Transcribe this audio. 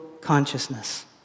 consciousness